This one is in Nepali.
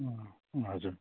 हजुर